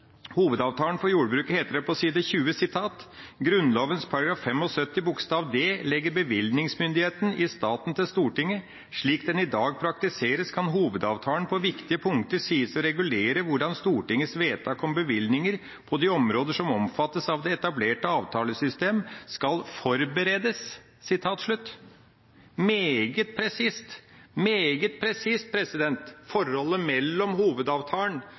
Hovedavtalen for jordbruket, heter det på side 20: «Grunnloven § 75 bokstav d legger bevilgningsmyndigheten i staten til Stortinget. Slik den i dag praktiseres, kan Hovedavtalen på viktige punkter sies å regulere hvordan Stortingets vedtak om bevilgninger på de områder som omfattes av det etablerte avtalesystem skal forberedes.» – Meget presist når det gjelder forholdet mellom Hovedavtalen